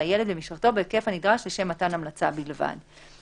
הילד ומשפחתו בהיקף הנדרש לשם מתן המלצה בלבד.